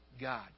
God